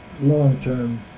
long-term